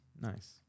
nice